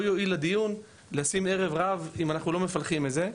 זה לא יועיל לדיון לשים ערב רב אם אנחנו לא מפלחים את זה.